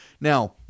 Now